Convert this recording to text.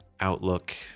outlook